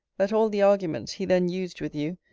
that all the arguments he then used with you,